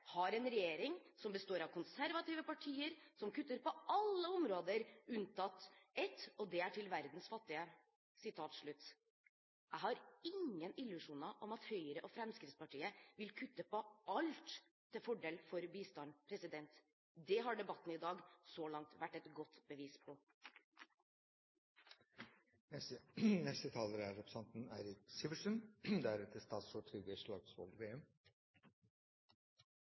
har en regjering «som består av konservative partier som kutter på alle områder med unntak av ett, og det er til verdens fattige». Jeg har ingen illusjoner om at Høyre og Fremskrittspartiet vil kutte på alt til fordel for bistand. Det har debatten i dag så langt vært et godt bevis på.